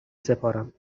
سپارم